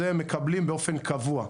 את זה הם מקבלים באופן קבוע,